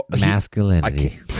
masculinity